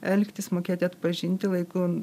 elgtis mokėti atpažinti laiku